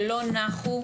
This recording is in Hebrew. לא נחו,